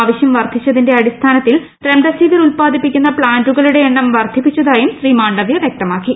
ആവശ്യം വർദ്ധിച്ചതിന്റെ അടിസ്ഥാനത്തിൽ റെംഡെസിവിർ ഉത്പാദിപ്പിക്കുന്ന പ്താന്റുകളുടെ എണ്ണം വർധിപ്പിച്ചതായും ശ്രീ മാണ്ഡവൃപ്പുവൃക്തമാക്കി